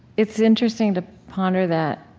it's interesting to ponder that.